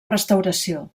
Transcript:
restauració